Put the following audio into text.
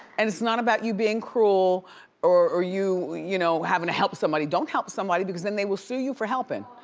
and it's not about you being cruel or or you you know having to help somebody, don't help somebody because then they will sue you for helping.